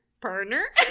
Partner